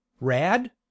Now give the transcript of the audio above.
Rad